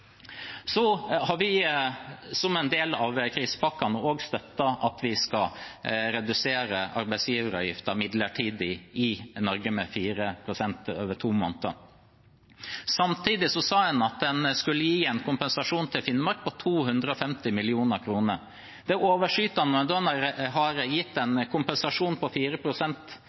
Vi har som en del av krisepakkene også støttet at vi skal redusere arbeidsgiveravgiften midlertidig i Norge med 4 pst. over to måneder. Samtidig sa en at en skulle gi en kompensasjon til Finnmark på 250 mill. kr. Det overskytende – når en har gitt en kompensasjon på